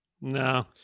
No